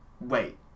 wait